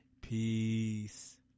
peace